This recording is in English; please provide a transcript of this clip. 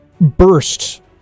burst